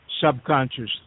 subconscious